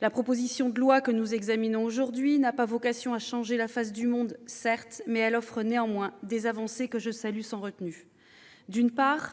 la proposition de loi que nous examinons aujourd'hui n'a pas vocation à changer la face du monde. Mais elle offre néanmoins des avancées que je salue sans retenue. D'abord,